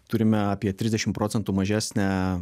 turime apie trisdešim procentų mažesnę